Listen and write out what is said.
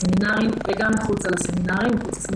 בסמינרים וגם מחוץ לסמינרים.